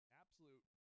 absolute